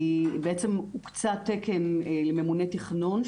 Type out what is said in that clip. הוקצה תקן לממונה תכנון,